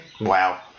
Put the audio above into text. Wow